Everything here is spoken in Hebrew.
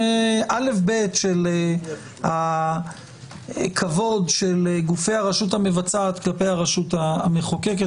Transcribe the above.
זה אלף-בית של הכבוד של גופי הרשות המבצעת כלפי הרשות המחוקקת.